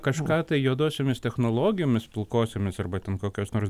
kažką tai juodosiomis technologijomis pilkosiomis arba ten kokios nors